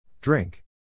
Drink